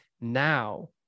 now